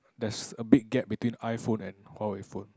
there's a big gap between iPhone and Huawei phone